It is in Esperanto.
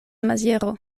maziero